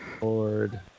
Lord